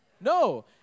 No